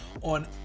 on